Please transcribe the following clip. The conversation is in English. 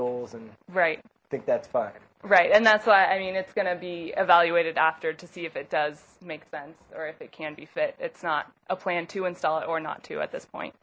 goals and right i think that's fine right and that's why i mean it's gonna be evaluated after to see if it does make sense or if it can be fit it's not a plan to install it or not to at this point